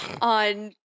on